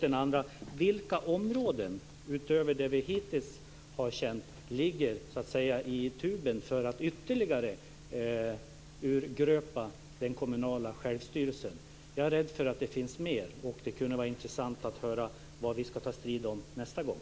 Min andra fråga är: Vilka områden, utöver det som vi hitintills känner till, ligger så att säga i tuben för att man ytterligare ska urgröpa den kommunala självstyrelsen? Jag är rädd för att det finns mer. Och det kunde vara intressant att få höra vad vi ska ta strid om nästa gång.